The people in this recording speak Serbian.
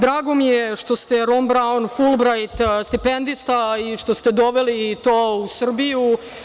Drago mi je što ste Rond Braun Fulbrajt stipendista i što ste doveli to u Srbiju.